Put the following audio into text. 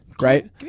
right